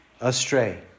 astray